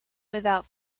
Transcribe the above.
without